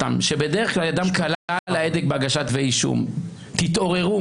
שבדרך כלל ידם קלה על ההדק בהגשת כתבי אישום תתעוררו.